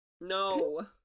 No